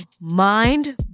Mind